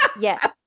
Yes